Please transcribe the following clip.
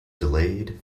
delayed